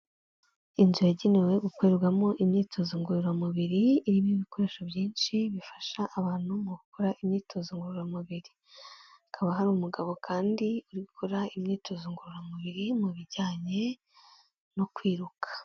Inzu yagenewe gukorerwamo imyitozo ngororamubiri, irimo ibikoresho byinshi bifasha abantu mu gukora imyitozo ngororamubiri, hakaba hari umugabo kandi uri gukora imyitozo ngororamubiri mu bijyanye no kwiruka.